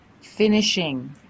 Finishing